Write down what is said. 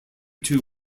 two